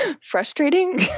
Frustrating